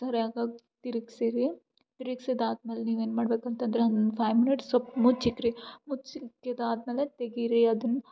ಸರಿಯಾಗೋಗ್ ತಿರುಗ್ಸಿರಿ ತಿರುಗ್ಸಿದಾದ್ಮೇಲೆ ನೀವು ಏನು ಮಾಡ್ಬೇಕಂತಂದರೆ ಒಂದು ಫೈವ್ ಮಿನಿಟ್ಸ್ ಸ್ವಲ್ಪ್ ಮುಚ್ಚಿಕ್ರಿ ಮುಚ್ಚಿಕ್ಕಿದಾದ್ಮೇಲೆ ತೆಗೀರಿ ಅದನ್ನು